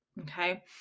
okay